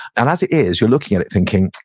and as it is, you're looking at it thinking,